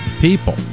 people